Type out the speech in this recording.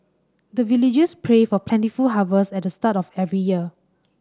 the villagers pray for plentiful harvest at the start of every year